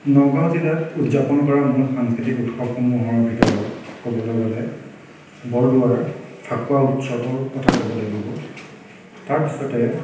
নগাওঁ জিলাত উদযাপন কৰা মূল সাংস্কৃতিক উৎসৱসমূহৰ ভিতৰত কবলৈ গ'লে বৰদোৱাৰ ফাকুৱা উৎসৱৰ কথা ক'ব লাগিব তাৰপিছতে